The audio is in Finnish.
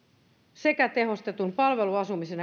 sekä tehostetun palveluasumisen